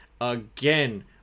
again